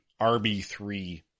RB3